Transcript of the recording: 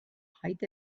height